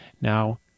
Now